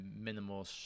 minimal